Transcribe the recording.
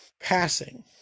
passing